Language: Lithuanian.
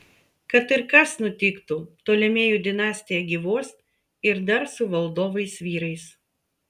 kad ir kas nutiktų ptolemėjų dinastija gyvuos ir dar su valdovais vyrais